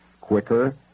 quicker